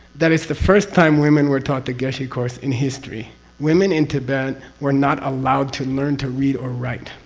that is the first time women were taught the geshe course in history women in tibet were not allowed to learn to read or write.